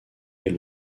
est